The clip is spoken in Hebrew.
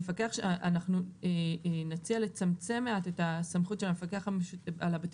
אנחנו נציע לצמצם מעט את הסמכות של המפקח על הבתים